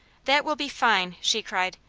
that will be fine! she cried.